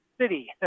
city